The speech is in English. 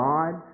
God